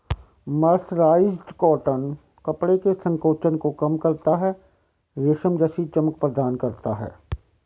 mercerised cotton कपड़े के संकोचन को कम करता है, रेशम जैसी चमक प्रदान करता है